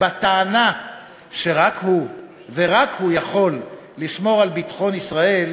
בטענה שהוא ורק הוא יכול לשמור על ביטחון ישראל